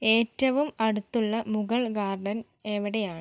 ഏറ്റവും അടുത്തുള്ള മുഗൾ ഗാർഡൻ എവിടെയാണ്